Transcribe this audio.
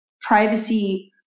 privacy